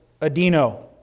Adino